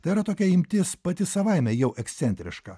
tai yra tokia imtis pati savaime jau ekscentriška